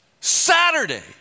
Saturday